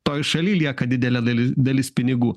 toj šaly lieka didelė dalis dalis pinigų